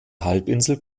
halbinsel